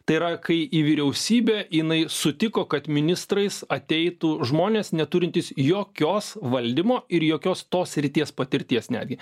tai yra kai į vyriausybę jinai sutiko kad ministrais ateitų žmonės neturintys jokios valdymo ir jokios tos srities patirties netgi